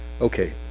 Okay